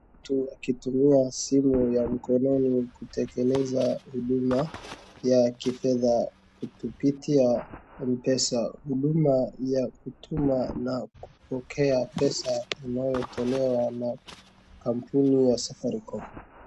Mtu akitumia simu ya mkononi kutekeleza huduma ya kifedha kupitia M-pesa, huduma ya kutuma na kupokea pesa inayotolewa na kampuni ya Safaricom.